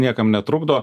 niekam netrukdo